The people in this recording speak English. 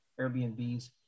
airbnbs